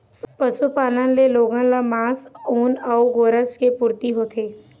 पशुपालन ले लोगन ल मांस, ऊन अउ गोरस के पूरती होथे